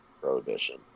prohibition